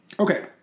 Okay